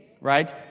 right